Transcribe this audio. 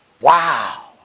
wow